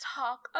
talk